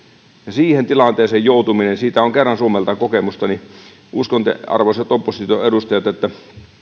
siihen tilanteeseen joutumisesta on kerran suomella kokemusta ja uskon arvoisat opposition edustajat että